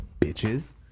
bitches